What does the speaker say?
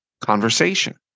conversation